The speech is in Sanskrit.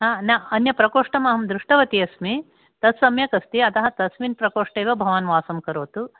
हा न अन्यप्रकोष्ठम् अहं दृष्टवती अस्मि तत् सम्यक् अस्ति अतः तस्मिन् प्रकोष्ठे एव भवान् वासं करोतु